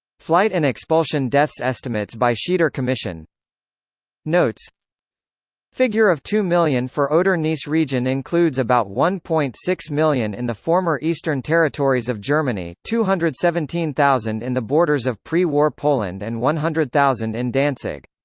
flight and expulsion deaths-estimates by schieder commission notes figure of two million for oder-neisse region includes about one point six million in the former eastern territories of germany, two hundred and seventeen thousand in the borders of pre war poland and one hundred thousand in danzig.